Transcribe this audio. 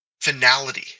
finality